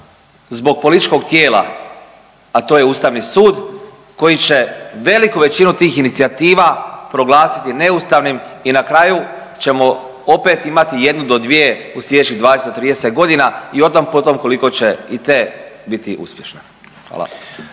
zbog političkog tijela, a to je ustavni sud koji će veliku većinu tih inicijativa proglasiti neustavnim i na kraju ćemo opet imati jednu do dvije u slijedećih 20 do 30.g. i o tom potom koliko će i te biti uspješne, hvala.